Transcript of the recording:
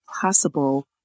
Possible